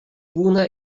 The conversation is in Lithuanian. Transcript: būna